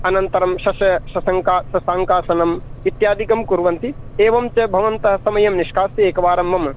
अनन्तरं शश शशङ्का शशाङ्कासनम् इत्यादिकं कुर्वन्ति एवञ्च भवन्तः समयं निष्कास्य एकवारं मम